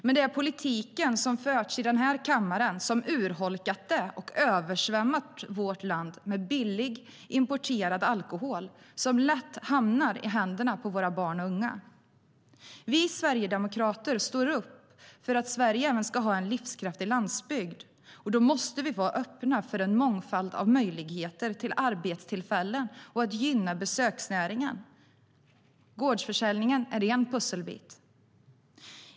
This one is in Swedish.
Men det är politiken som förts i den här kammaren som har urholkat det och översvämmat vårt land med billig, importerad alkohol som lätt hamnar i händerna på våra barn och unga. Vi sverigedemokrater står upp för att Sverige ska ha en livskraftig landsbygd, och då måste vi vara öppna för en mångfald av möjligheter till arbetstillfällen och att gynna besöksnäringen. Gårdsförsäljningen är en pusselbit.